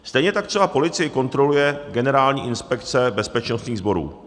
Stejně tak třeba policii kontroluje Generální inspekce bezpečnostních sborů.